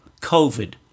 COVID